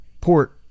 port